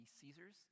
Caesars